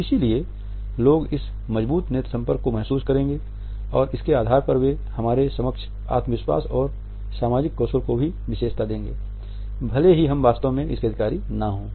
इसलिए लोग इस मजबूत नेत्र संपर्क को महसूस करेंगे और इसके आधार पर वे हमारे सक्षम आत्मविश्वास और सामाजिक कौशल को भी विशेषता देंगे भले ही हम वास्तव में इसके अधिकारी न हों